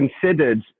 considered